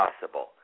possible